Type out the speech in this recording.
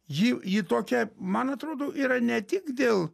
ji ji tokia man atrodo yra ne tik dėl